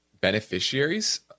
beneficiaries